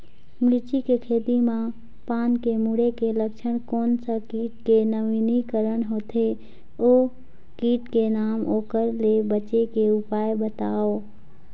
मिर्ची के खेती मा पान के मुड़े के लक्षण कोन सा कीट के नवीनीकरण होथे ओ कीट के नाम ओकर ले बचे के उपाय बताओ?